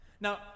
Now